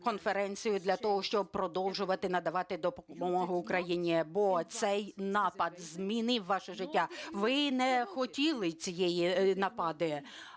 для того, щоб продовжувати надавати допомогу Україні, бо цей напад змінив ваше життя. Ви не хотіли цієї напади,